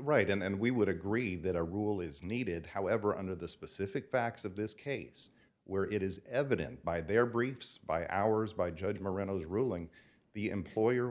right and we would agree that a rule is needed however under the specific facts of this case where it is evident by their briefs by ours by judge merinos ruling the employer